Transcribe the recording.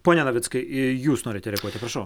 pone navickai jūs norite reaguoti prašau